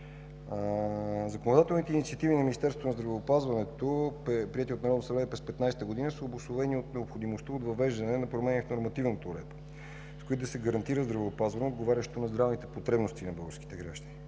Законодателните инициативи на Министерството на здравеопазването, приети от Народното събрание през 2015 г., са обусловени от необходимостта от въвеждане на промени в нормативната уредба, с които да се гарантира здравеопазване, отговарящо на здравните потребности на българските граждани.